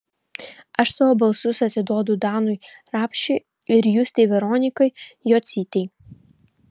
aš savo balsus atiduodu danui rapšiui ir justei veronikai jocytei